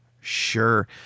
sure